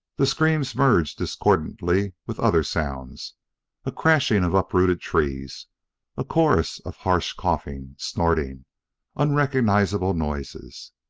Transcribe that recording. the screams merged discordantly with other sounds a crashing of uprooted trees a chorus of harsh coughing snorting unrecognizable noises.